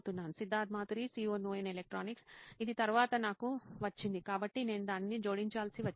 Siddharth Maturi CEO నోయిన్ electronics ఇది తరువాత నాకు వచ్చింది కాబట్టి నేను దానిని జోడించాల్సి వచ్చింది